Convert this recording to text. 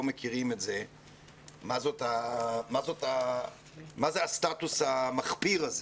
מכירים את זה מה זה הסטטוס המחפיר הזה